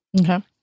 Okay